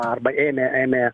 arba ėmė ėmė